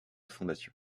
fondation